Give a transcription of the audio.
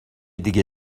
دیگه